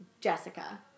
Jessica